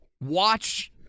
watch